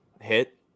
hit